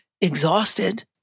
exhausted